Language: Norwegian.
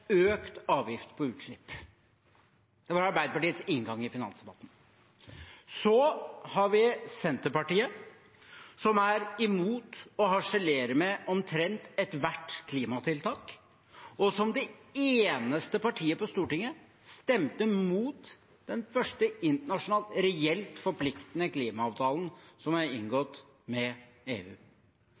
økt avgift på utslipp. Det var Arbeiderpartiets inngang i finansdebatten. Så har vi Senterpartiet, som er imot, og harselerer med omtrent ethvert klimatiltak, og som er det eneste partiet på Stortinget som stemte imot den første internasjonale reelt forpliktende klimaavtalen som er inngått med EU.